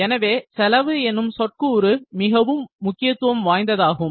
எனவே செலவு எனும் சொற்கூறு மிகவும் முக்கியத்துவம் வாய்ந்ததாகும்